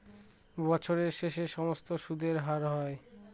বছরের শেষে সমস্ত সুদের হার হয়